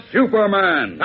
Superman